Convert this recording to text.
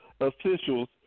officials